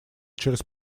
через